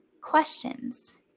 questions